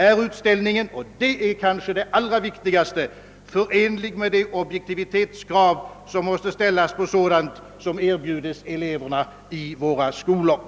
Är utställningen — och det är kanske det allra viktigaste — förenlig med de objektivitetskrav som måste ställas på sådant som erbjudes eleverna i våra skolor?